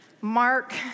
Mark